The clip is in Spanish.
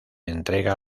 entrega